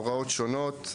הוראות שונות,